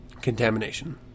contamination